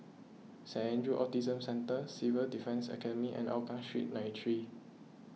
Saint andrew's Autism Centre Civil Defence Academy and Hougang Street nine three